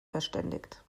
verständigt